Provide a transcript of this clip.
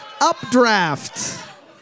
updraft